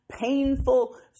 painful